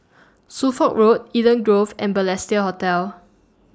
Suffolk Road Eden Grove and Balestier Hotel